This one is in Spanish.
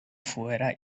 fuera